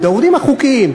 שמגיעים לארץ באופן חוקי,